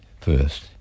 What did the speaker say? first